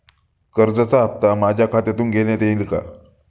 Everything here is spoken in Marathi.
कर्जाचा हप्ता माझ्या खात्यातून घेण्यात येईल का?